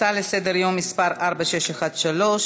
הצעה לסדר-היום שמספרה 4613,